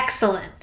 Excellent